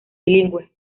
bilingüe